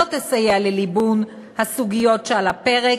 לא תסייע לליבון הסוגיות שעל הפרק,